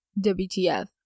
wtf